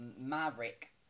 Maverick